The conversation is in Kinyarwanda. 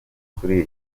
kuri